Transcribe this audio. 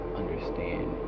understand